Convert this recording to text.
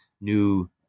new